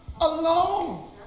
alone